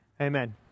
Amen